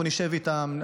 אנחנו נשב איתם,